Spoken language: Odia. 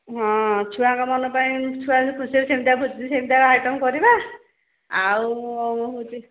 ହଁ ଛୁଆଙ୍କ ମନ ପାଇଁ ଛୁଆ ଯେଉଁ ଖୁସି ଅଛନ୍ତି ସେମିତିଆ ଭୋଜି ସେମିତିଆ ଆଇଟମ୍ କରିବା ଆଉ ହେଉଛି